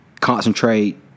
concentrate